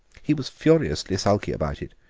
he was furiously sulky about it,